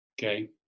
Okay